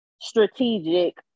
strategic